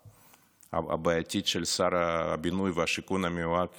הבעייתית של שר הבינוי והשיכון המיועד